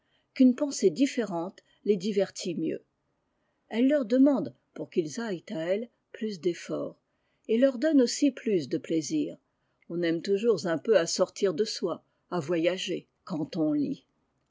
qu'une pensée différente les divertit mieux elle leur demande pour qu'ils aillent à elle plus d'effort et leur donne aussi plus de plaisir on aime toujours un peu à sortir de soi à voyager quand on lit